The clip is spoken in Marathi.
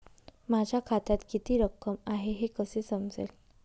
माझ्या खात्यात किती रक्कम आहे हे कसे समजेल?